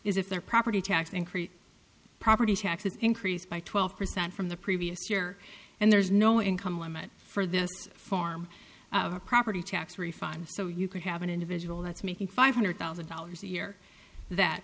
is if their property tax increase property taxes increased by twelve percent from the previous year and there's no income limit for this form of a property tax refund so you could have an individual that's making five hundred thousand dollars a year that